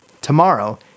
tomorrow